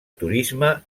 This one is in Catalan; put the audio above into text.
turisme